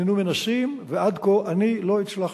הננו מנסים, ועד כה לא הצלחתי.